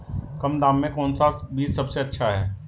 कम दाम में कौन सा बीज सबसे अच्छा है?